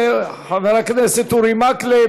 תודה לחבר הכנסת אורי מקלב.